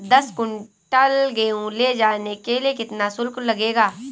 दस कुंटल गेहूँ ले जाने के लिए कितना शुल्क लगेगा?